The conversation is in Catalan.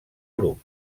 grup